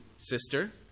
Sister